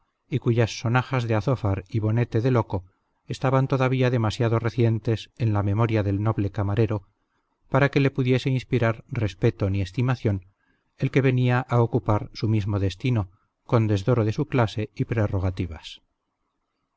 y cuyas sonajas de azófar y bonete de loco estaban todavía demasiado recientes en la memoria del noble camarero para que le pudiese inspirar respeto ni estimación el que venía a ocupar su mismo destino con desdoro de su clase y prerrogativas